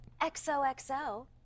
XOXO